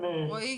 רועי,